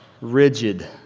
rigid